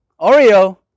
oreo